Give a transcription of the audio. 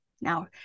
Now